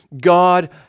God